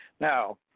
Now